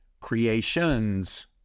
creations